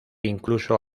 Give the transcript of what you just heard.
incluso